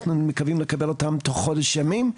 אנחנו מקווים לקבל אותם תוך חודש ימים.